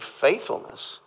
faithfulness